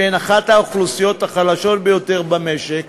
שהן אחת האוכלוסיות החלשות ביותר במשק,